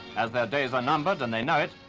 as their days are numbered and they know it,